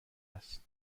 است